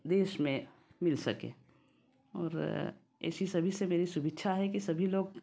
देश में मिल सके और इसी सभी से मेरी सुभेच्छा है कि सभी लोग